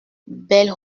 belle